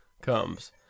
comes